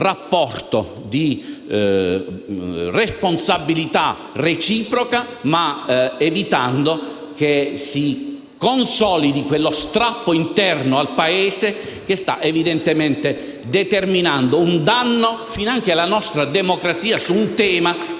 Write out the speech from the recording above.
rapporto di responsabilità reciproca, evitando che si consolidi quello strappo interno al Paese che sta determinando un danno finanche alla nostra democrazia su un tema